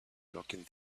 locking